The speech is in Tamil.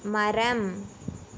மரம்